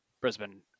Brisbane